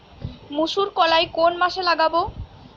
মুসুর কলাই কোন মাসে লাগাব?